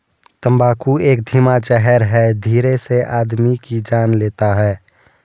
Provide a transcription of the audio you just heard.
तम्बाकू एक धीमा जहर है धीरे से आदमी की जान लेता है